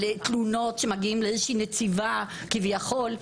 על תלונות שמגיעים לנציבה כביכול,